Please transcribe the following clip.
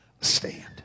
Stand